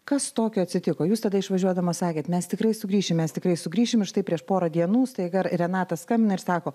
kas tokio atsitiko jūs tada išvažiuodama sakėte mes tikrai sugrįšim mes tikrai sugrįšim ir štai prieš porą dienų staiga renatas skambina ir sako